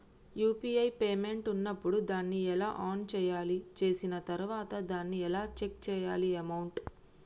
UPI payment ఉన్నప్పుడు దాన్ని ఎలా ఆన్ చేయాలి? చేసిన తర్వాత దాన్ని ఎలా చెక్ చేయాలి అమౌంట్?